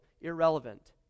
irrelevant